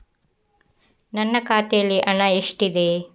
ನನ್ನ ಖಾತೆಯಲ್ಲಿ ಹಣ ಎಷ್ಟಿದೆ?